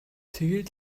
тэгээд